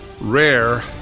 rare